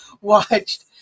watched